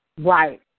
Right